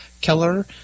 Keller